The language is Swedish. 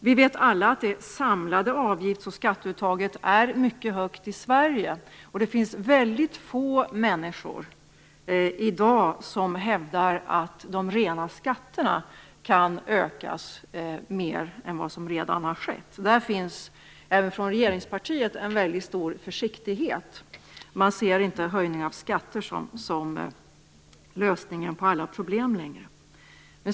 Vi vet alla att det samlade avgifts och skatteuttaget är mycket högt i Sverige. Det finns få människor i dag som hävdar att de rena skatterna kan ökas mer än som redan har skett. Där finns även från regeringspartiet en mycket stor försiktighet. Man ser inte längre höjningen av skatter som lösningen på alla problem.